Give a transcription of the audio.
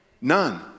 None